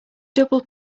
double